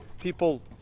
people